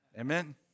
Amen